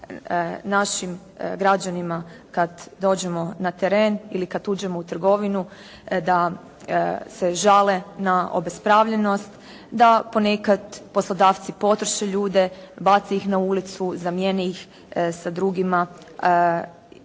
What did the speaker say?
našim građanima kada dođemo na teren ili kada uđemo u trgovinu da se žale na obespravljenost, da ponekad poslodavci podrže ljude, bace ih na ulicu, zamijene ih sa drugima,